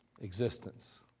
existence